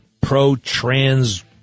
pro-trans